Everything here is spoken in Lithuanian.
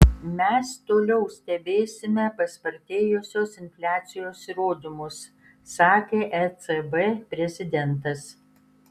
mes toliau stebėsime paspartėjusios infliacijos įrodymus sakė ecb prezidentas